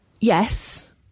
yes